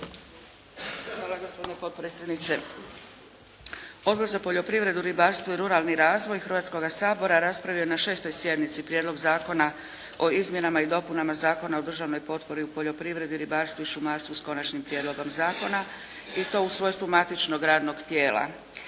Hvala gospodine potpredsjedniče. Odbor za poljoprivredu, ribarstvo i ruralni razvoj Hrvatskoga sabora raspravio je na 6. sjednici Prijedlog zakona o izmjenama i dopunama Zakona o državnoj potpori u poljoprivredi, ribarstvu i šumarstvu s konačnim prijedlogom zakona i to u svojstvu matičnog radnog tijela.